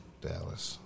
Dallas